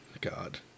God